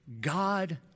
God